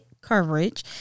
coverage